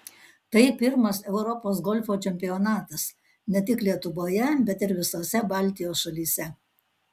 tai pirmas europos golfo čempionatas ne tik lietuvoje bet ir visose baltijos šalyse